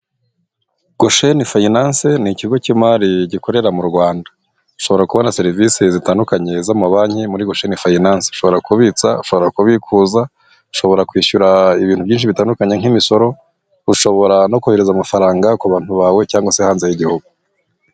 Gusheni finanse ni ikigo cy'imari gikorera mu Rwanda. Ushobora kubona serivisi zitandukanye z'amabanki muri gusheni finanse, ushobora kubitsa, ushobora kubikuza, ushobora kwishyura ibintu byinshi bitandukanye nk'imisoro, ushobora no kohereza amafaranga kubantu bawe, cyangwa se hanze y'igihugu.